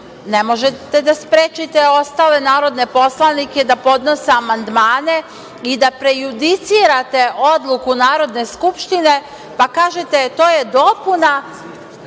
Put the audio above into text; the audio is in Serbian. ne možete da sprečite ostale narodne poslanike da podnose amandmane i da prejudicirate odluku Narodne skupštine, pa kažete – to je dopuna